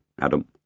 Adam